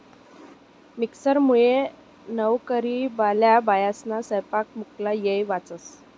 मिक्सरमुये नवकरीवाल्या बायास्ना सैपाकना मुक्ला येय वाचस